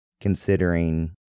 considering